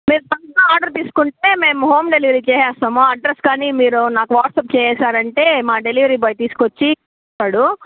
మీరు బల్క్గా ఆర్డర్ తీసుకుంటే మేము హోమ్ డెలివరీ చేసేస్తాము అడ్రస్ కానీ మీరు నాకు వాట్సప్ చేసేశారంటే మా డెలివరీ బాయ్ తీసుకొచ్చి ఇస్తాడు